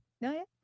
No